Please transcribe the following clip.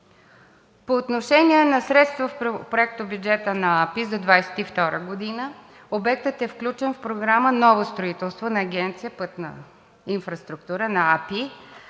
По отношение на средства в проектобюджета на АПИ за 2022 г. обектът е включен в Програма „Ново строителство“ на Агенция „Пътна инфраструктура“.